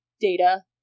data